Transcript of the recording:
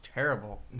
Terrible